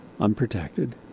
unprotected